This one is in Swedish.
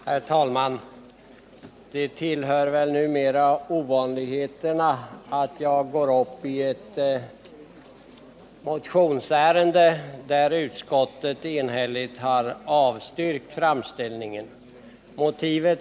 Herr talman! Det tillhör numera ovanligheten att jag går upp i talarstolen i ett motionsärende, där utskottet enhälligt avstyrkt framställningen.